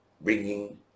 bringing